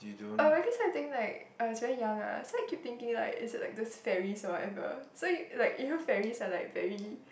oh because I think like I was very young ah so I keep thinking like is it like those faries or whatever so you like you know faries are like very